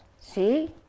see